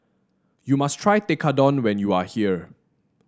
you must try Tekkadon when you are here